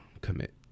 commit